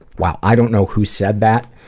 wow, i don't know who said that,